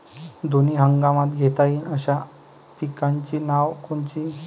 दोनी हंगामात घेता येईन अशा पिकाइची नावं कोनची?